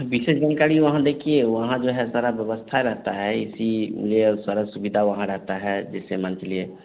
विशेष जानकारी वहाँ देखिए वहाँ जो है सारी व्यवस्था रहती है इसीलिए सारी सुविधा वहाँ रहती है जैसे मान चलिए